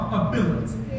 ability